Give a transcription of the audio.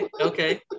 okay